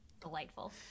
Delightful